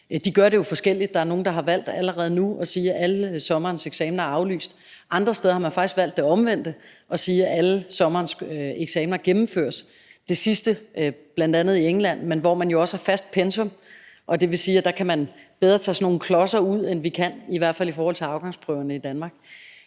De gør det jo forskelligt. Der er nogle, der allerede nu har valgt at sige, at alle sommerens eksamener er aflyst, og andre steder har man faktisk valgt det omvendte og at sige, at alle sommerens eksamener gennemføres. Det sidste har man bl.a. gjort i England, men der har man jo bl.a. også et fast pensum, og det vil sige, at man der bedre kan tage sådan nogle klodser ud, end vi kan, i hvert fald i forhold til afgangsprøverne i Danmark.